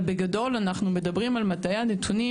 אבל בגדול אנחנו מדברים על מדעי הנתונים